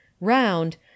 round